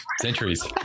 Centuries